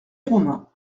romain